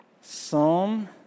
Psalm